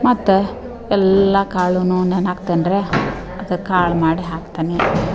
ಮತ್ತು ಎಲ್ಲ ಕಾಳನ್ನೂ ನೆನೆ ಹಾಕ್ತೇನ್ರೆ ಅದು ಕಾಳು ಮಾಡಿ ಹಾಕ್ತೀನಿ